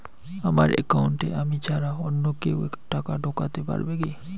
আমার একাউন্টে আমি ছাড়া অন্য কেউ টাকা ঢোকাতে পারবে কি?